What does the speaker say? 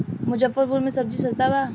मुजफ्फरपुर में सबजी सस्ता बा